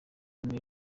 miley